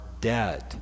Dead